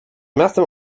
miastem